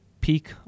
peak